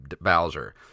Bowser